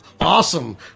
Awesome